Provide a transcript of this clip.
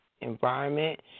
environment